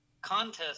Contest